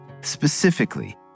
Specifically